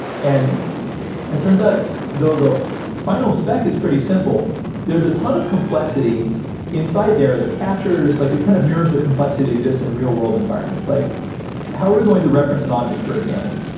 and it turns out though the final spec is pretty simple. there's a ton of complexity inside there that captures, like it kind of mirrors the complexity that exists in real-world environments. like how are you going to reference an object, for example?